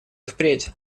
впредь